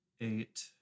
Eight